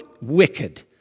wicked